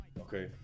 Okay